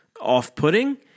off-putting